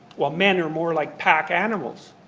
well men are more like pack animals.